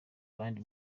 abandi